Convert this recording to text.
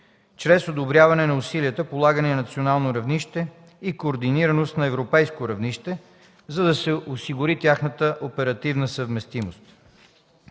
чрез одобряване на усилията, полагани на национално равнище и координираност на европейско равнище, за да се осигури тяхната оперативна съвместимост;